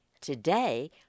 today